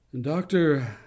doctor